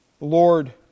Lord